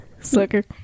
Sucker